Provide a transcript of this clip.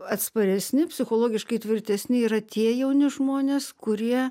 atsparesni psichologiškai tvirtesni yra tie jauni žmonės kurie